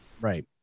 right